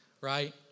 right